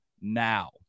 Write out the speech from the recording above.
now